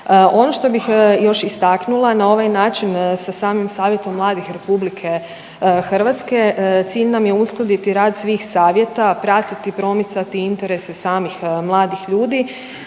Ono što bih još istaknula na ovaj način sa samim Savjetom mladih Republike Hrvatske cilj nam je uskladiti rad svih savjeta, pratiti, promicati interese samih mladih ljudi.